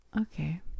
Okay